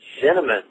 cinnamon